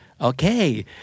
Okay